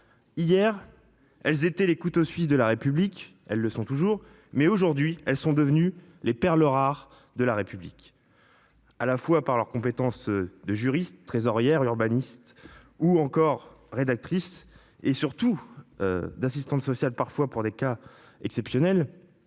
Hier. Elles étaient les couteaux suisses de la République, elles le sont toujours. Mais aujourd'hui, elles sont devenues les perles rares de la République. À la fois par leurs compétences de juriste trésorière urbanistes ou encore rédactrice et surtout. D'assistante sociale, parfois pour des cas exceptionnels